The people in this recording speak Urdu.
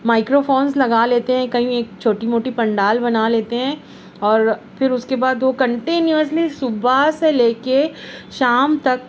مائیکرو فونس لگا لیتے ہیں کہیں ایک چھوٹی موٹی پنڈال بنا لیتے ہیں اور پھر اس کے بعد وہ کنٹینیوسلی صبح سے لے کے شام تک